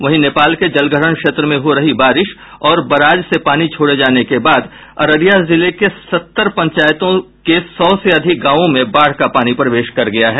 वहीं नेपाल के जलग्रहण क्षेत्र में हो रही बारिश और बराज से पानी छोड़े जाने के बाद अररिया जिले के सत्तर पंचायतों के सौ से अधिक गांवों में बाढ़ का पानी प्रवेश कर गया है